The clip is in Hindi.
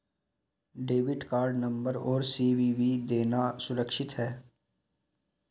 डेबिट कार्ड नंबर और सी.वी.वी देना सुरक्षित है?